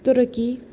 تُرکی